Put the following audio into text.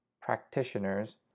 practitioners